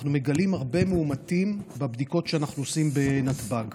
אנחנו מגלים הרבה מאומתים בבדיקות שאנחנו עושים בנתב"ג.